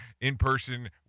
in-person